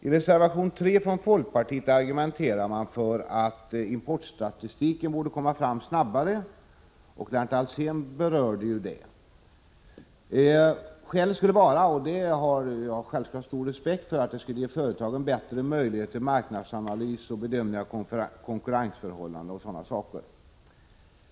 I reservation 3 från folkpartiet argumenterar man för en snabbare framtagning av importstatistiken. Lennart Alsén berörde ju denna sak. Skälet skulle vara det — och detta skäl har jag givetvis stor respekt för — att företagen skulle få bättre möjligheter till marknadsanalys, bedömning av konkurrensförhållanden o. d.